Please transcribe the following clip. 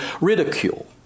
ridicule